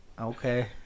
Okay